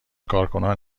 کارکنان